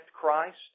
Christ